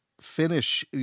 finish